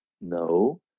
No